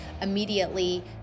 immediately